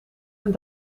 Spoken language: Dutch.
een